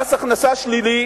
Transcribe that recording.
מס הכנסה שלילי